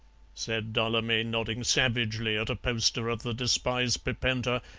said dullamy, nodding savagely at a poster of the despised pipenta,